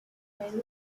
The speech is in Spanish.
perú